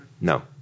No